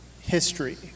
history